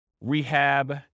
rehab